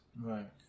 Right